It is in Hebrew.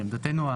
לעמדתנו,